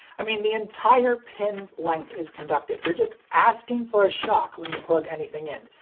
i mean, the entire pin's length is conductive. you're just asking for a shock when you plug anything in.